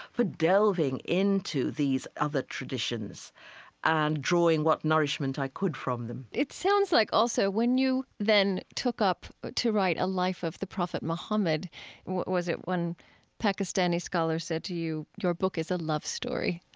for delving into these other traditions and drawing what nourishment i could from them it sounds like also when you then took up to write a life of the prophet muhammad was it one pakistani scholar said to you, your book is a love story?